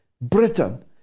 Britain